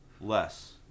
less